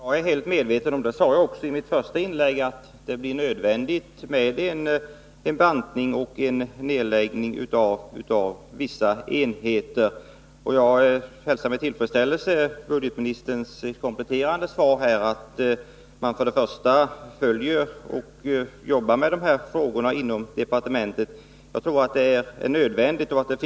Herr talman! Jag är — och det sade jag också i mitt första inlägg — helt medveten om att det blir nödvändigt att företa bantningar och nedläggningar av vissa enheter. Jag hälsar med tillfredsställelse budgetministerns kompletterande svar, att man följer och jobbar med de här frågorna inom departementet. Jag tror det är nödvändigt.